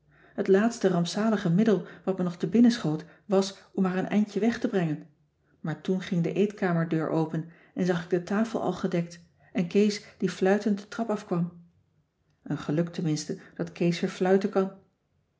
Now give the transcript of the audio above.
t laatste rampzalige middel wat me nog te binnen schoot was om haar een eindje weg te brengen maar toen ging de eetkamerdeur open en zag ik de tafel al gedekt en kees die fluitend de trap af kwam een geluk tenminste dat kees weer fluiten kan